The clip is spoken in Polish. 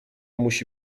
musi